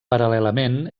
paral·lelament